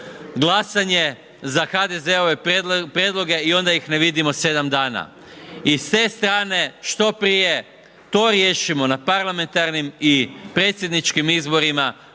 glasanje za HDZ-ove prijedloge i ona ih ne vidimo 7 dana. I s te strane što prije to riješimo na parlamentarnim i predsjedničkim izborima